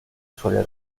suele